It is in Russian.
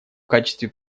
качестве